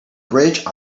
bridge